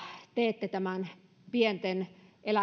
teette tämän